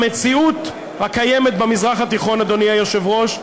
במציאות הקיימת במזרח התיכון, אדוני היושב-ראש,